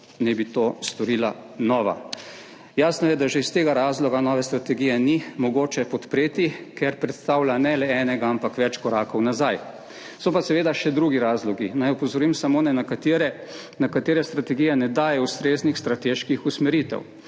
naj bi to storila nova. Jasno je, da že iz tega razloga nove strategije ni mogoče podpreti, ker predstavlja ne le enega, ampak več korakov nazaj. So pa seveda še drugi razlogi. Naj opozorim samo na nekatere, na katere strategije ne daje ustreznih strateških usmeritev.